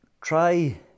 try